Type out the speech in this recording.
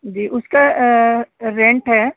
जी उसका रेंट है